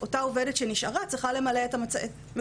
אותה עובדת שנשארה צריכה למלא את המקום